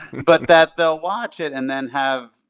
but that they'll watch it and then have,